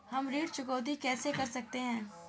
हम ऋण चुकौती कैसे कर सकते हैं?